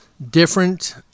Different